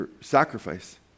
sacrifice